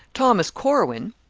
thomas corwin,